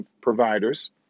providers